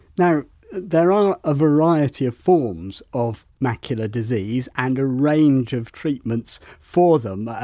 there there are a variety of forms of macular disease and a range of treatments for them,